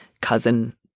cousin